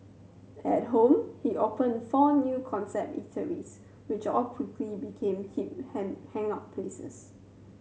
at home he opened four new concept eateries which all quickly became hip hang hangout places